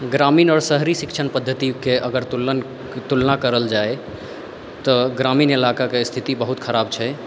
ग्रामीण आओर शहरी शिक्षण पद्धतिके अगर तुलना करल जाइ तऽ ग्रामीण इलाकाके स्थिति बहुत खराब छै